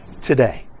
today